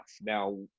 Now